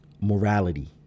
morality